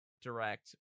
direct